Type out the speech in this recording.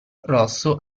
rosso